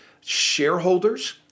shareholders